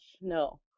no